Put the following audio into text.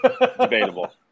Debatable